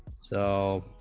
so